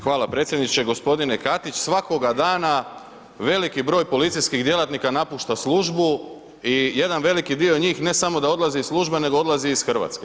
Hvala predsjedniče. g. Katić, svakoga dana veliki broj policijskih djelatnika napušta službu i jedan veliki dio njih ne samo da odlazi iz službe, nego odlazi iz RH.